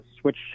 switch